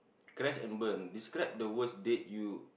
crash and burn describe the worst date you